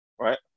right